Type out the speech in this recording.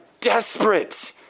desperate